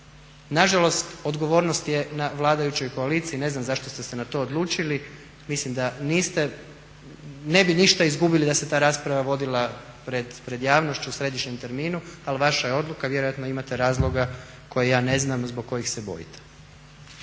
Nažalost odgovornost je na vladajućoj koaliciji, ne znam zašto ste se na to odlučili. Mislim da niste, ne bi ništa izgubili da se ta rasprava vodila pred javnošću u središnjem terminu ali vaša je odluka vjerojatno imate razloga koje ja ne znam zbog kojih se bojite.